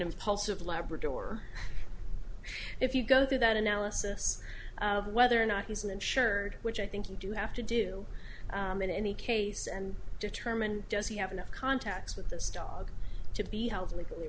impulsive labrador if you go through that analysis of whether or not he's an insured which i think you do have to do in any case and determine does he have enough contacts with this dog to be held legally